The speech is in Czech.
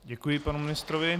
Děkuji panu ministrovi.